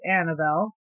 Annabelle